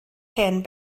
hen